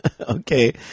Okay